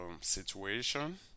situation